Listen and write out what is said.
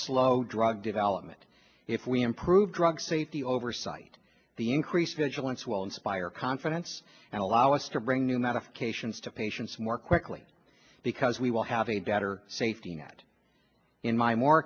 slow drug development if we improve drug safety oversight the increased vigilance will inspire confidence and allow us to bring new medications to patients more quickly because we will have a better safety net in my more